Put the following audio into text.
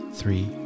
three